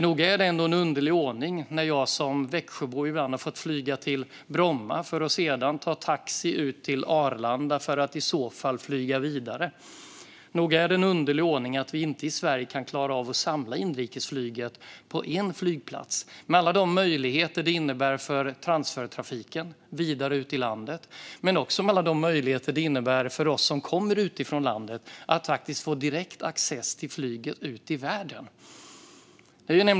Nog är det en underlig ordning när jag som Växjöbo ibland har fått flyga till Bromma för att sedan ta taxi ut till Arlanda för att i så fall flyga vidare. Nog är det en underlig ordning att vi i Sverige inte klarar att samla inrikesflyget på en flygplats, med alla de möjligheter det innebär för transfertrafiken vidare ut i landet och alla de möjligheter det innebär för oss som kommer från landet att få direkt access till flyget ut i världen.